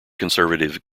conservative